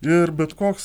ir bet koks